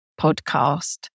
podcast